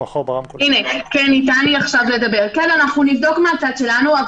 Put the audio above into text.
אנחנו נבדוק מהצד שלנו.